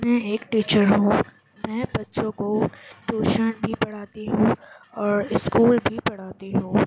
میں ایک ٹیچر ہوں میں بچوں کو ٹیوشن بھی پڑھاتی ہوں اور اسکول بھی پڑھاتی ہوں